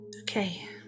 Okay